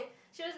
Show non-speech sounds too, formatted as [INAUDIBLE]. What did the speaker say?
[BREATH] she was